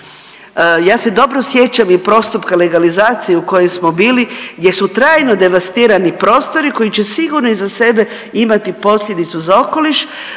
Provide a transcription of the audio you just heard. Ja se dobro sjećam i postupka legalizacije u kojoj smo bili gdje su trajno devastirani prostori koji će sigurno iza sebe imati posljedicu za okoliš